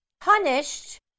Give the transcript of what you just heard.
punished